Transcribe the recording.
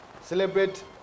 celebrate